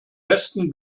westen